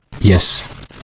Yes